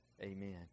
Amen